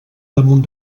damunt